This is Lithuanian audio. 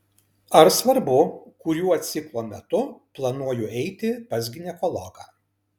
ar svarbu kuriuo ciklo metu planuoju eiti pas ginekologą